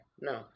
No